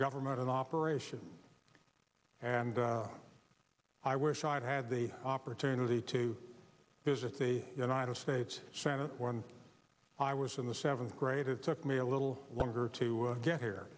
government in operation and i wish i'd had the opportunity to visit the united states senate once i was in the seventh grade it took me a little longer to get here